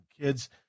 kids